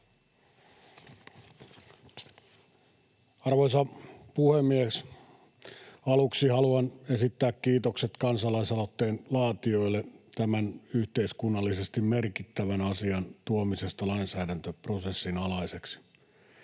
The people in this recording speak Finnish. Arvoisa puhemies! Aluksi haluan esittää kiitokset kansalais-aloitteen laatijoille tämän yhteiskunnallisesti merkittävän asian tuomisesta lainsäädäntö-prosessin alaiseksi.